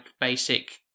basic